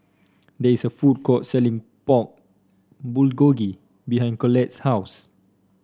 there is a food court selling Pork Bulgogi behind Collette's house